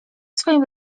swoim